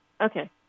Okay